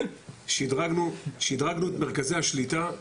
שדרגנו את מרכזי השליטה,